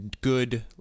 good